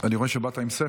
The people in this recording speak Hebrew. אני רואה שבאת עם ספר.